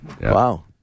Wow